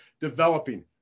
developing